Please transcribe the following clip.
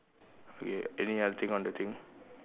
okay any other thing on the thing